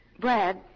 Brad